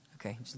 Okay